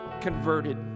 converted